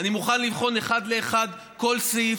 אני מוכן לבחון אחד לאחד כל סעיף: